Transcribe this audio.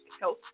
health